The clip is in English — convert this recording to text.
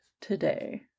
today